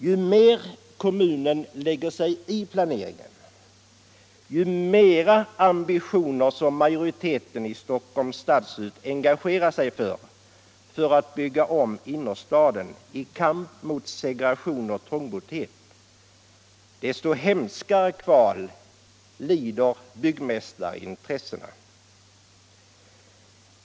Ju mer kommunen lägger sig i planeringen, ju fler ambitioner som majoriteten i Stockholms stadshus har att bygga om innerstaden i kamp mot segregation och trångboddhet, desto hemskare kval lider byggmästarna. Allt enligt motionärerna.